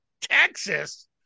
Texas